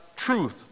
truth